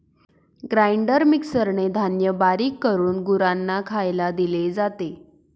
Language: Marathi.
ग्राइंडर मिक्सरने धान्य बारीक करून गुरांना खायला दिले जाते